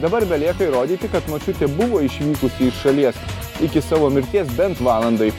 dabar belieka įrodyti kad močiutė buvo išvykusi iš šalies iki savo mirties bent valandai